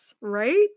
Right